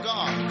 God